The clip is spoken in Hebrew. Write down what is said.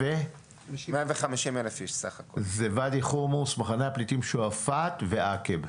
150,000 זה ואדי חומוס, מחנה הפליטים שועפט ועקב.